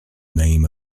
name